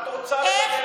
את רוצה לדבר איתי?